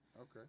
Okay